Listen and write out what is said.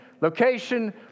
Location